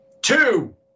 Two